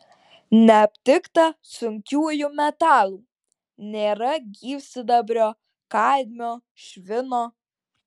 neaptikta sunkiųjų metalų nėra gyvsidabrio kadmio švino